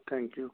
thank you